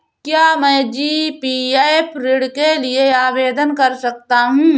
क्या मैं जी.पी.एफ ऋण के लिए आवेदन कर सकता हूँ?